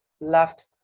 left